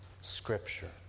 Scripture